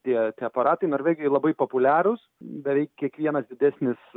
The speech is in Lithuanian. tie tie aparatai norvegijoj labai populiarūs beveik kiekvienas didesnis